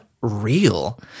real